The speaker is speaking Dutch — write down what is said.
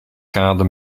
kade